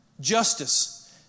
Justice